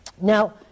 Now